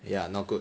ya not good